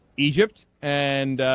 easiest and